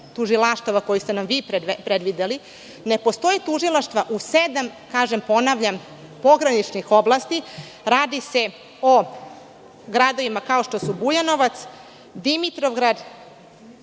tužilaštava, koju ste nam vi predvideli, ne postoje tužilaštva u sedam pograničnih oblasti, a radi se o gradovima kao što su Bujanovac, Dimitrovgrad,